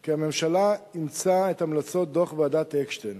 כי הממשלה אימצה את המלצות דוח ועדת-אקשטיין